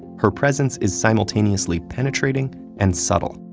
her presence is simultaneously penetrating and subtle.